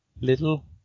little